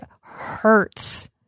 hurts